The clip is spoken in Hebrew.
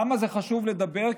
למה חשוב לדבר?